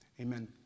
Amen